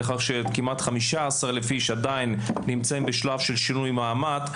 שכמעט 15,000 עדיין נמצאים בשלב של שינוי מעמד,